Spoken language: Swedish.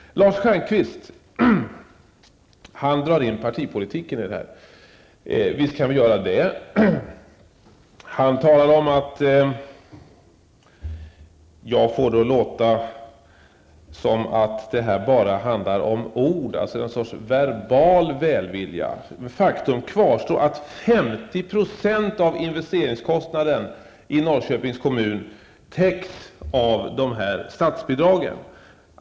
Lars Stjernkvist drog in partipolitiken, och visst kan vi göra så. Han sade att jag får det till att låta som om det bara handlade om ord. Det skulle alltså vara något slags verbal välvilja. Faktum kvarstår att 50 % av investeringskostnaden i Norrköpings kommun täcks av statsbidragen.